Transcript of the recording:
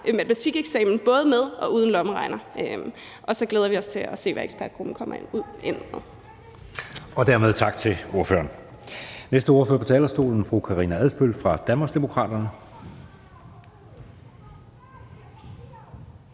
matematikeksamen både med og uden lommeregner. Og så glæder vi os til at se, hvad ekspertgruppen kommer med. Kl. 14:39 Anden næstformand (Jeppe Søe): Dermed tak til ordføreren. Den næste ordfører på talerstolen er fru Karina Adsbøl fra Danmarksdemokraterne.